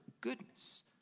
goodness